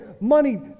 money